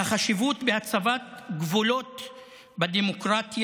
על החשיבות בהצבת גבולות בדמוקרטיה,